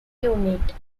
unit